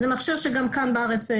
זה מכשיר שגם כאן בארץ,